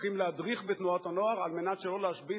שהולכים להדריך בתנועות הנוער על מנת שלא להשבית